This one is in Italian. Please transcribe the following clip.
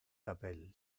capelli